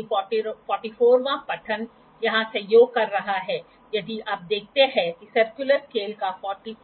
इसलिए यदि आप वापस जाते हैं तो आप देख सकते हैं कि साइन सेंटर के बेस में उच्च स्तर